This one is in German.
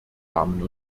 damen